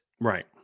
Right